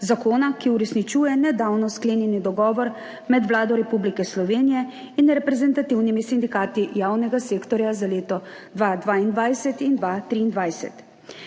zakona, ki uresničuje nedavno sklenjeni dogovor med Vlado Republike Slovenije in reprezentativnimi sindikati javnega sektorja za leto 2022 in 2023.